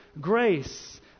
grace